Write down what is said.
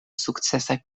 sukcesaj